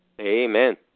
Amen